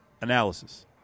analysis